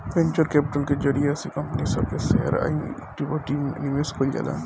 venture capital के जरिया से कंपनी सब के शेयर आ इक्विटी में निवेश कईल जाला